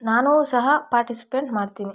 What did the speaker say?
ನಾನೂ ಸಹ ಪಾರ್ಟಿಸಿಪೇಟ್ ಮಾಡ್ತೀನಿ